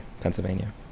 Pennsylvania